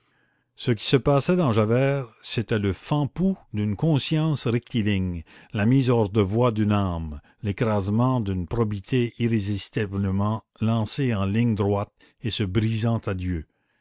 ce qui se passait dans javert c'était le fampoux d'une conscience rectiligne la mise hors de voie d'une âme l'écrasement d'une probité irrésistiblement lancée en ligne droite et se brisant à dieu